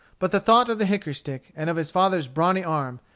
but the thought of the hickory stick, and of his father's brawny arm,